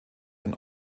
ein